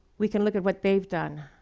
we can look at what they've done,